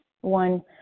One